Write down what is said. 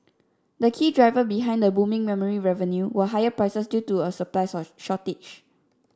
the key driver behind the booming memory revenue were higher prices due to a supplies or shortage